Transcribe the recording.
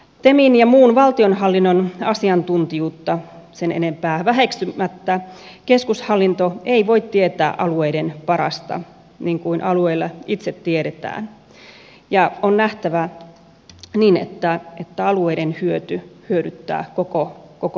temin ja muun valtionhallinnon asiantuntijuutta sen enempää väheksymättä keskushallinto ei voi tietää alueiden parasta niin kuin alueilla itse tiedetään ja on nähtävä niin että alueiden hyöty hyödyttää koko maata